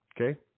okay